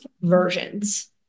versions